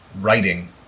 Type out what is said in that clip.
writing